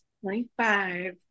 Twenty-five